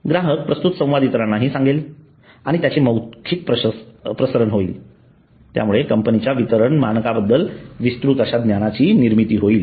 ग्राहक प्रस्तुत संवाद इतरांनाही सांगेल आणि त्याचे मौखिक प्रसरण होईल त्यामुळे कंपनीच्या वितरण मानकांबद्दल विस्तृत अश्या ज्ञानाची निर्मिती होईल